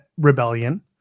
Rebellion